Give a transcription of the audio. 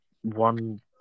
one